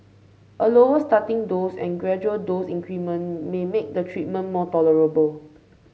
a lower starting dose and gradual dose increment may make the treatment more tolerable